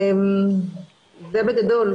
זה בגדול,